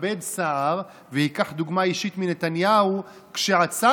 שיתכבד סער וייקח דוגמה אישית מנתניהו כשעצר